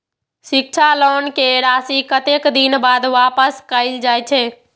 शिक्षा लोन के राशी कतेक दिन बाद वापस कायल जाय छै?